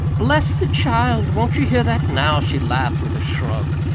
bless the child! won't ye hear that, now? she laughed with a shrug.